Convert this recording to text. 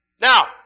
Now